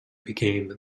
became